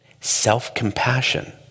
self-compassion